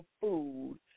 food